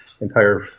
entire